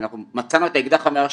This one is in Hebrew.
אנחנו מצאנו את האקדח המעשן,